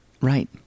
Right